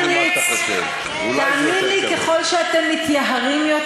המצוקה הכלכלית של אלה שהם לא בקו העוני,